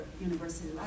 university